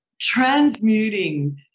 transmuting